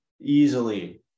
easily